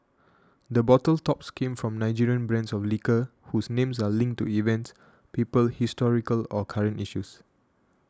the bottle tops came from Nigerian brands of liquor whose names are linked to events people historical or current issues